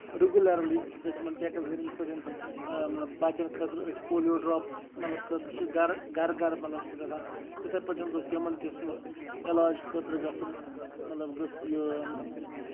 regularly گٔژھِ مطلب یِمن چیک اَپ کرٕنۍ یِتھۍ پٲٹھۍ مطلب بَچن خٲطرٕ ٲسۍ پولیو ڈرپٔس مطلب خٲطرٕ چھُ گرٕ گرٕ مطلب سُہ گژھان تِتھٕے پٲٹھۍ گوٚھ یِمن تہِ سُہ علاج خٲطرٕ گژھُن مطلب گٔژھِ یہِ